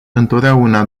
întotdeauna